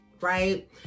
right